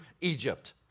Egypt